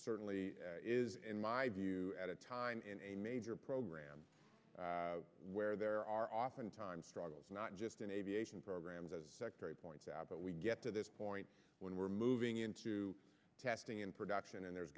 certainly is in my view at a time in a major program where there are oftentimes struggles not just in aviation programs as secretary points out but we get to this point when we're moving into testing in production and there's